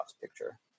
picture